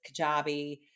Kajabi